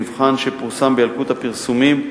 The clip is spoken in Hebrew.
מבחן שפורסם בילקוט הפרסומים,